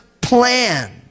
plan